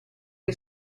che